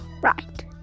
right